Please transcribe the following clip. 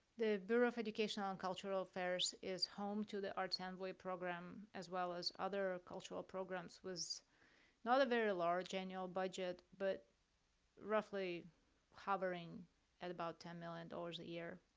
the bureau of educational and cultural affairs is home to the arts envoy program, as well as other ah cultural programs, was not a very large annual budget, but roughly hovering at about ten million dollars a year.